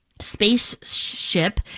spaceship